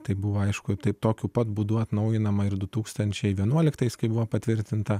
tai buvo aišku taip tokiu pat būdu atnaujinama ir du tūkstančiai vienuoliktaisiais kai buvo patvirtinta